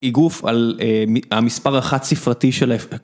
איגוף על המספר החד ספרתי של ההפקה.